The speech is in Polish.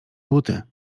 buty